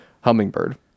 Hummingbird